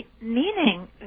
meaning